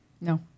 No